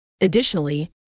Additionally